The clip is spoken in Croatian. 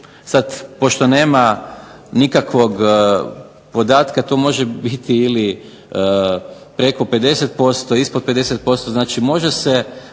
sad pošto nema nikakvog podatka, to može biti ili preko 50%, ispod 50%, znači može se